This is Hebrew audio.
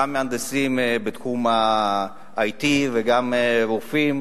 גם מהנדסים בתחום ה-IT וגם רופאים